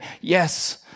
Yes